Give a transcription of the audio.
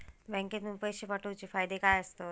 बँकेतून पैशे पाठवूचे फायदे काय असतत?